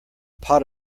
pot